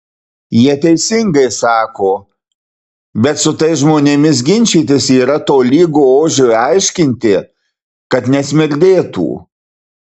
jie teisingai sako bet su tais žmonėmis ginčytis yra tolygu ožiui aiškinti kad nesmirdėtų